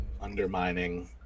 undermining